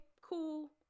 cool